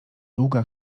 długa